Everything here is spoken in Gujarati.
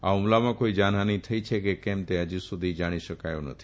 આ ફુમલામાં કોઇ જાનહાની થઇ છે કે કેમ તે ફજી સુધી જાણી શકાયું નથી